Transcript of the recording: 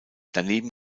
daneben